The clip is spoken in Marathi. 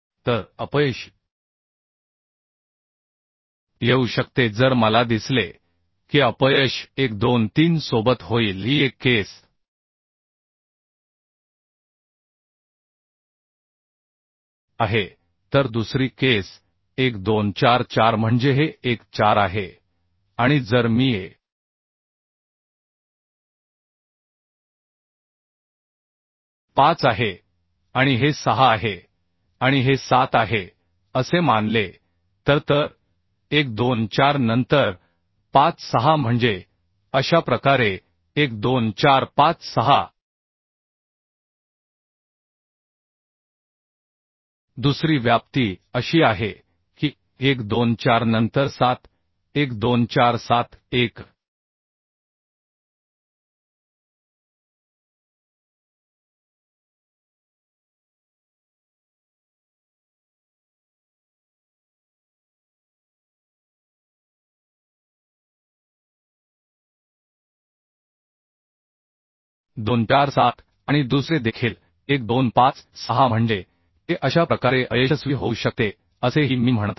तर अपयश येऊ शकते जर मला दिसले की अपयश 1 2 3 सोबत होईल ही एक केस आहे तर दुसरी केस 1 2 4 4 म्हणजे हे एक 4 आहे आणि जर मी हे 5 आहे आणि हे 6 आहे आणि हे 7 आहे असे मानले तर तर 1 2 4 नंतर 5 6 म्हणजे अशा प्रकारे 1 2 4 5 6 दुसरी व्याप्ती अशी आहे की 1 2 4 नंतर 7 1 2 4 7 1 2 4 7 आणि दुसरे देखील 1 2 5 6 म्हणजे ते अशा प्रकारे अयशस्वी होऊ शकते असेही मी म्हणत आहे